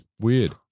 Weird